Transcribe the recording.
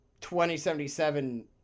2077